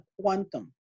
quantum